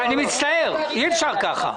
אני מצטער, אי אפשר כך.